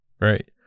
Right